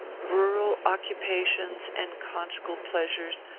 rural occupations and conjugal pleasures,